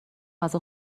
غذا